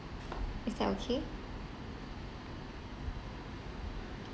is that okay